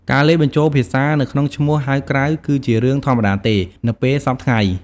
ការលាយបញ្ចូលភាសានៅក្នុងឈ្មោះហៅក្រៅគឺជារឿងធម្មតាទេ នៅពេលសព្វថ្ងៃ។